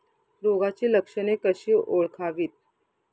रोगाची लक्षणे कशी ओळखावीत?